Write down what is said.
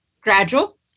Gradual